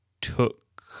took